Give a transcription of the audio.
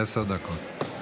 עשר דקות.